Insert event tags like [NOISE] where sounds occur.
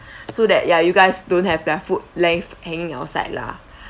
[BREATH] so that ya you guys don't have your food left hanging outside lah